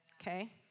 Okay